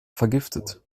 vergiftet